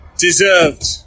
deserved